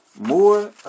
more